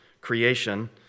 creation